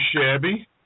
shabby